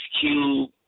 Cube